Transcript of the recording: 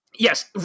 Yes